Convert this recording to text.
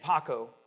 Paco